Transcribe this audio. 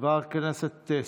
חברת הכנסת גולן,